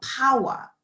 power